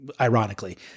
ironically